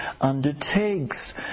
undertakes